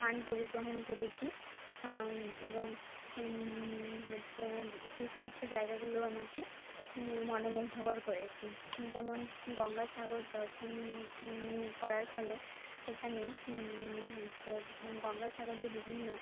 স্থান পরিবহন করেছি এবং হচ্ছে সে সমস্ত জায়গাগুলো আমাকে মনমুগ্ধকর করেছে যেমন গঙ্গাসাগর দর্শন করার ফলে সেখানে হচ্ছে গঙ্গাসাগরের বিভিন্ন